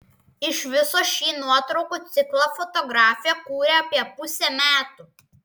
iš viso šį nuotraukų ciklą fotografė kūrė apie pusę metų